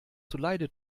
zuleide